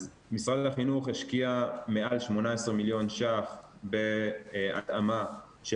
משרד החינוך השקיע מעל 18 מיליון שקלים בהתאמה של